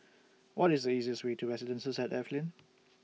What IS The easiest Way to Residences At Evelyn